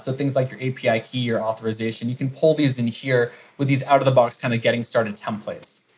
so things like your api key or authorization, you can pull these in here with these out-of-the-box kind of getting started templates.